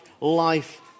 life